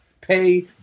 pay